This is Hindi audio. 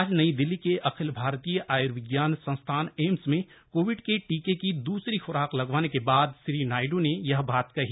आज नई दिल्ली के अखिल भारतीय आय्र्विज्ञान संस्थान एम्स में कोविड के टीके की दूसरी खुराक लगवाने के बाद श्री नायड् ने यह बात कही